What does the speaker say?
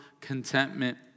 contentment